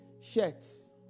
shirts